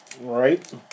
Right